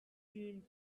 teamed